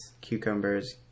cucumbers